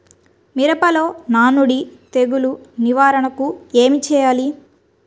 మిరపలో నానుడి తెగులు నివారణకు ఏమి చేయాలి?